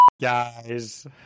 guys